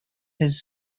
his